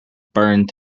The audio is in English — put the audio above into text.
burned